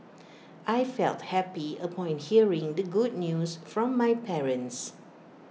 I felt happy upon hearing the good news from my parents